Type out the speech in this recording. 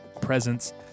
presents